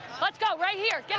let's go, right here.